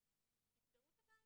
אז תפתרו את הבעיה.